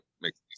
Makes